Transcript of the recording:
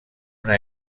una